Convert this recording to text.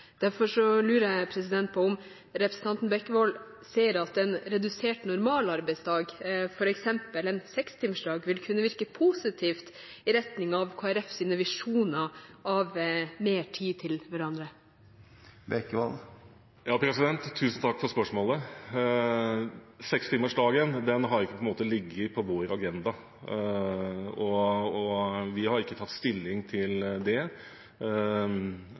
Derfor lurer jeg på om representanten Bekkevold ser at en redusert normalarbeidsdag, f.eks. en 6-timersdag, vil kunne virke positivt i retning Kristelig Folkepartis visjoner om mer tid til hverandre. Tusen takk for spørsmålet. 6-timersdagen har ikke vært på vår agenda, og vi har ikke tatt stilling til den. Det